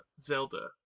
Zelda